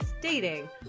dating